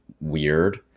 weird